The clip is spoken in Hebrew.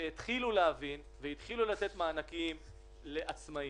שהתחילו להבין והתחילו לתת מענקים לעצמאיים,